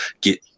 get